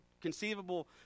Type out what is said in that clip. conceivable